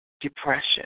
depression